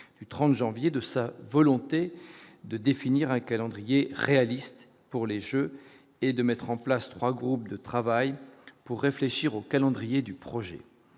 du 30 janvier de ça, volonté de définir un calendrier réaliste pour les Jeux et de mettre en place, 3 groupes de travail pour réfléchir au calendrier du projet